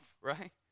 right